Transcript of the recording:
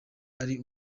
ari